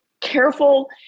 careful